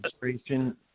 registration